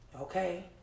okay